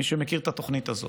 למשל, מי שמכיר את התוכנית הזאת.